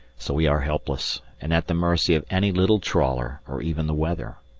so we are helpless, and at the mercy of any little trawler, or even the weather.